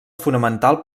fonamental